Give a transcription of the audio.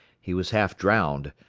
he was half drowned,